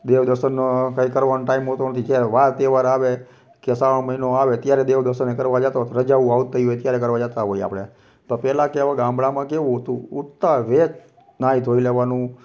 દેવ દર્શન કંઈ કરવાનો ટાઈમ હોતો નથી જ્યારે વાર તહેવાર આવે કે શ્રાવણ મહિનો આવે ત્યારે દેવ દર્શને કરવા જતો રજાઓ આવતી હોય ત્યારે કરવા જતા હોય આપણે તો પહેલાં કેવાં ગામડાંમાં કેવું હતું ઉઠતાં વેત નાહી ધોઈ